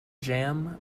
jam